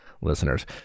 listeners